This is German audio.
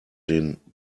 den